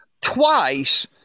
twice